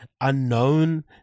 unknown